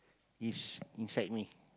is inside me